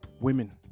women